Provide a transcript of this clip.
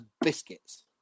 biscuits